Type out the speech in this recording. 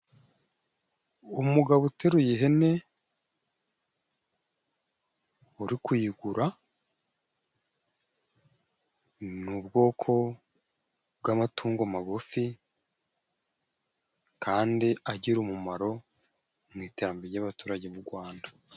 umugabo uteruye ihene, uri kuyigura, ni ubwoko bw'amatungo magufi, kandi agira umumaro mu iterambere ry'abaturage b'u Rwanda.